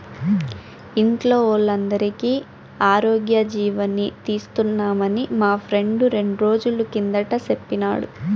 ఇంట్లో వోల్లందరికీ ఆరోగ్యజీవని తీస్తున్నామని మా ఫ్రెండు రెండ్రోజుల కిందట సెప్పినాడు